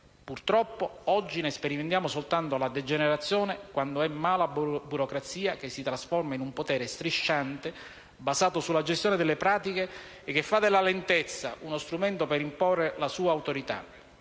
Purtroppo oggi ne sperimentiamo soltanto la degenerazione, quando è mala burocrazia, che si trasforma in un potere strisciante, basato sulla gestione delle pratiche e che fa della lentezza uno strumento per imporre la sua autorità.